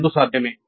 రెండూ సాధ్యమే